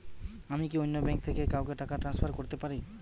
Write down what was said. আমি কি অন্য ব্যাঙ্ক থেকে কাউকে টাকা ট্রান্সফার করতে পারি?